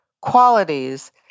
qualities